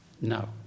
No